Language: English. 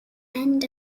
end